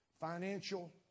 financial